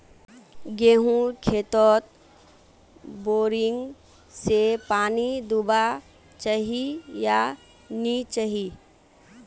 गेँहूर खेतोत बोरिंग से पानी दुबा चही या नी चही?